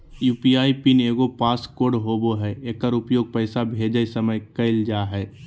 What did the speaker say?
UPI PIN एगो pass code होबो हइ एकर उपयोग पैसा भेजय समय कइल जा हइ